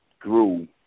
grew